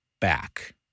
back